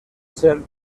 ser